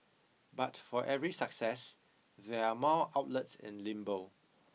but for every success there are more outlets in limbo